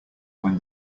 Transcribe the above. when